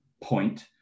point